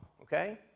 okay